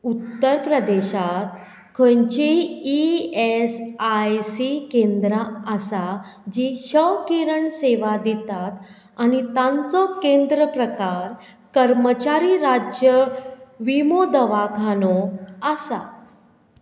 उत्तर प्रदेशांत खंयचीय ई एस आय सी केंद्रां आसा जीं शवकिरण सेवा दितात आनी तांचो केंद्र प्रकार कर्मचारी राज्य विमो दवाखानो आसा